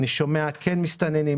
אני שומע "כן מסתננים,